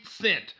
scent